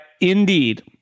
Indeed